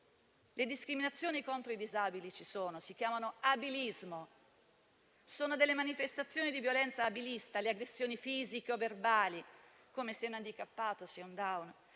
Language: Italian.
Le discriminazioni contro i disabili ci sono: si chiamano abilismo, sono manifestazioni di violenza abilista, le aggressioni fisiche o verbali, come «sei un handicappato» o «sei un Down».